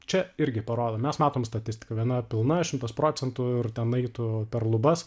čia irgi parodo mes matom statistiką viena pilna šimtas procentų ir ten eitų per lubas